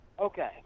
Okay